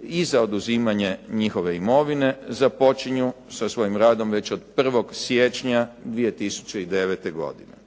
i za oduzimanje njihove imovine započinju sa svojim radom već do 1. siječnja 2009. godine.